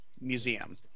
museum